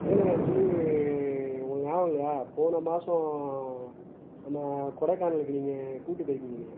இல்லைண்ணே ஆக்சுவலி உங்களுக்கு ஞாபகம் இல்லையா போன மாதம் நம்ம கொடைக்கானலுக்கு நீங்கள் கூப்பிட்டு போயிருக்கீங்க என்னையை